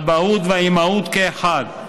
האבהות והאימהות כאחד,